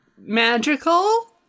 magical